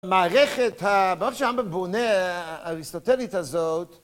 מערכת, בערך שהיא הייתה בבונה האריסטוטלית הזאת